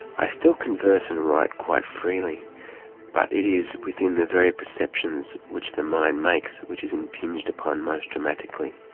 i still converse and write quite freely but it is within the very perceptions which the mind makes which is impinged upon most dramatically.